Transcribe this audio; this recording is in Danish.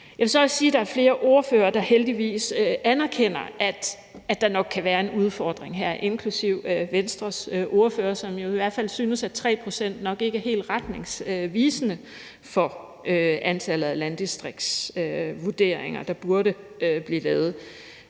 der er flere ordførere, der heldigvis anerkender, at der nok kan være en udfordring her, inklusive Venstres ordfører, som jo i hvert fald synes, at 3 pct. nok ikke er helt retningsvisende for antallet af landdistriktsvurderinger, der burde blive lavet.